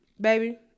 baby